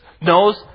knows